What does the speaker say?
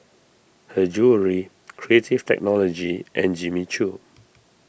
Her Jewellery Creative Technology and Jimmy Choo